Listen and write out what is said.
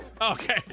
Okay